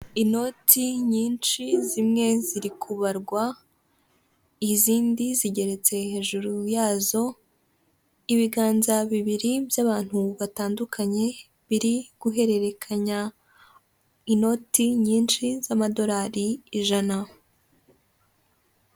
Inoti nyinshi zimwe zirikurwa, izindi zigeretse hejuru yazo, ibiganza bibiri by'abantu batandukanye biri guhererekanya inoti nyinshi z'amadolari ijana.